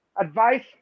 Advice